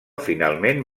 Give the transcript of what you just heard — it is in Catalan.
finalment